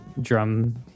drum